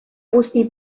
guzti